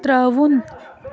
ترٛاوُن